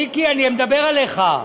מיקי, אני מדבר אליך.